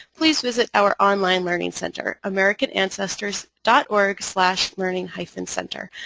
please visit our online learning center, american ancestors dot org slash learning hyphen center.